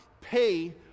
pay